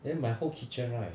then my whole kitchen right